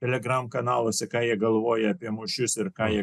telegramų kanaluose ką jie galvoja apie mūšius ir ką jie